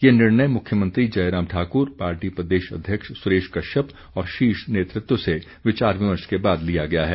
ये निर्णय मुख्यमंत्री जयराम ठाकुर पार्टी प्रदेश अध्यक्ष सुरेश कश्यप और शीर्ष नेतृत्व से विचार विमर्श के बाद लिया गया है